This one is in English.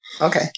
Okay